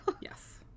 Yes